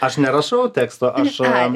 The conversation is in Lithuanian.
aš nerašau tekstų aš